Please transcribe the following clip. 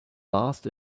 last